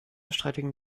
streitigen